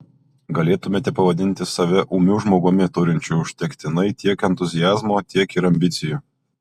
galėtumėte pavadinti save ūmiu žmogumi turinčiu užtektinai tiek entuziazmo tiek ir ambicijų